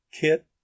Kit